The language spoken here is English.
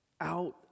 out